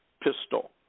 pistol